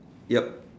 yup